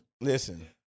Listen